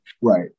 Right